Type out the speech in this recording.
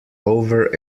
over